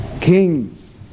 kings